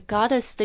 Goddess